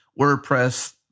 WordPress